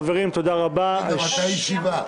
חברים, תודה רבה, הישיבה נעולה.